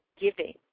giving